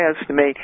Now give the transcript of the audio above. estimate